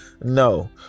No